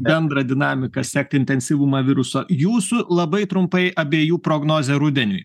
bendrą dinamiką sekt intensyvumą viruso jūsų labai trumpai abiejų prognozė rudeniui